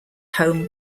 home